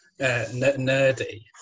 nerdy